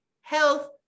health